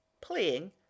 playing